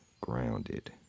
grounded